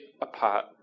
apart